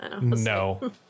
No